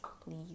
please